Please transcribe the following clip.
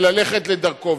וללכת לדרכו.